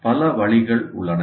பல வழிகள் உள்ளன